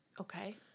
Okay